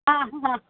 ಹಾಂ ಹಾಂ